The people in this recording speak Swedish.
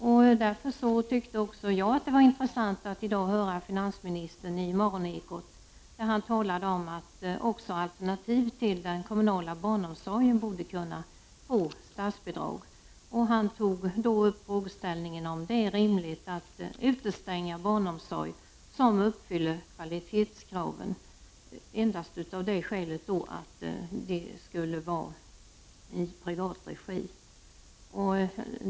Därför tyckte också jag att det var intressant att i dag höra finansministern i Morgonekot, där han talar om att alternativ till den kommunala barnomsorgen borde kunna få statsbidrag. Han tog då upp frågeställningen om det är rimligt att utestänga barnomsorg som uppfyller kvalitetskraven endast utav det skälet att den skulle vara i privat regi.